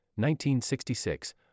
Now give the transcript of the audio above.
1966